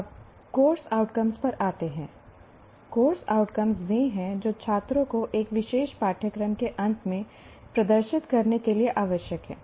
अब course outcomes पर आते हैं कोर्स आउटकम्स वे हैं जो छात्रों को एक विशेष पाठ्यक्रम के अंत में प्रदर्शित करने के लिए आवश्यक हैं